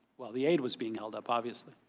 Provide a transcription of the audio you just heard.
well the aid was being held up obviously.